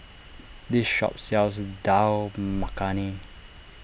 this shop sells Dal Makhani